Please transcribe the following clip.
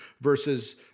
versus